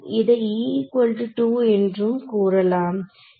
இதை e2 என்றும் கூறலாம்